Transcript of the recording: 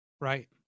Right